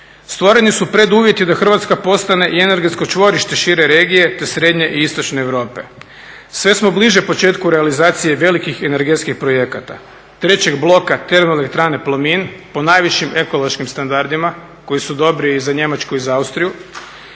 Stvoreni su preduvjeti da Hrvatska postane i energetsko čvorište šire regije te srednje i istočne Europe. Sve smo bliže početku realizacije velikih energetskih projekata, trećeg bloka TE Plomin po najvišim ekološkim standardima koji su dobri i za Njemačku i za Austriju,